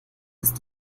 ist